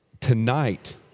Tonight